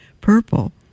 purple